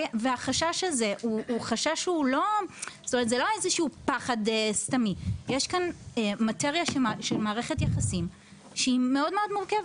החשש הזה אינו סתמי; יש כאן מאטריה של מערכת יחסים שהיא מאוד מורכבת.